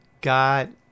God